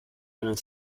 einen